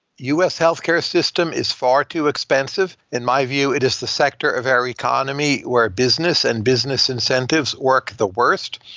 us healthcare system is far too expensive. in my view, it is the sector of our economy where business and business incentives work the worst.